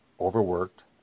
overworked